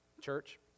Church